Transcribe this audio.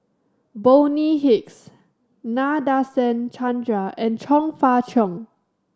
Bonny Hicks Nadasen Chandra and Chong Fah Cheong